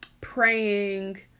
praying